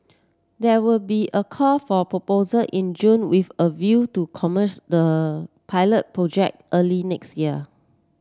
there will be a call for proposal in June with a view to commence the pilot project early next year